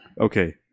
Okay